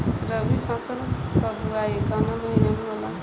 रबी फसल क बुवाई कवना महीना में होला?